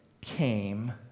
came